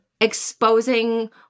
exposing